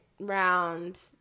round